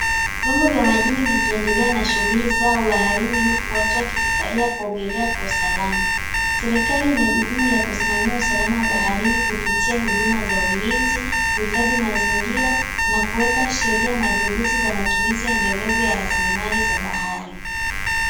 Vyombo vya majini vikiendelea na shughuli zao baharini, huku watu wakifurahia kuogelea kwa usalama. Serikali ina jukumu la kusimamia usalama wa baharini kupitia huduma za ulinzi, kuhifadhi mazingira na kuweka sheria madhubuti za matumizi endelevu ya rasilimali za bahari.